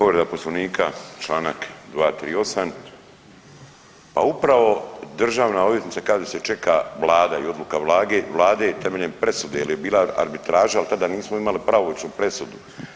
Povreda Poslovnika, Članak 238., a upravo državna odvjetnica kaže se čeka vlada i odluka vlade temeljem presude jer je bila arbitraža ali tada nismo imali pravomoćnu presudu.